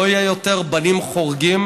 לא יהיו יותר בנים חורגים